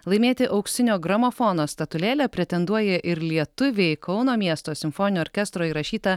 laimėti auksinio gramofono statulėlę pretenduoja ir lietuviai kauno miesto simfoninio orkestro įrašyta